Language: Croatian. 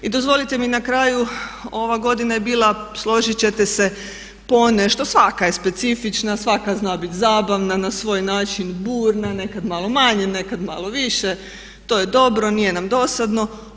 I dozvolite mi na kraju ova godina je bila složit ćete se, ponešto, svaka je specifična, svaka zna biti zabavna na svoj način, burna, nekad malo manje, nekad malo više, to je dobro, nije nam dosadno.